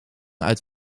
uit